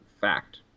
fact